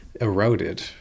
eroded